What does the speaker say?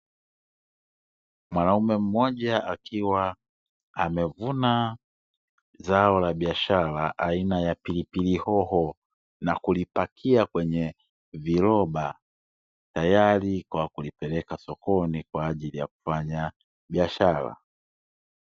Mwanaume mmoja akiwa amevuna zao la biashara aina ya pilipili hoho, na kulipakia kwenye viroba, tayari kwa kulipeleka sokoni, kwa ajili ya kufanya biashara.